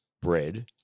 bread